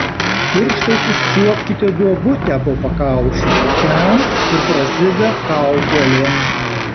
pirštais užčiuopkite duobutę po pakaušiu ten kur prasideda kaukolė